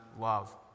love